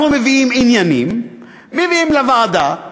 אנחנו מביאים עניינים לוועדה,